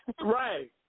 Right